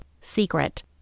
secret